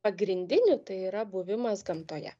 pagrindinių tai yra buvimas gamtoje